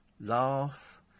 laugh